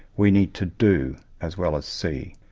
we need to do as well as see.